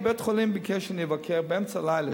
בית-החולים ביקש שאני אבקר באמצע הלילה,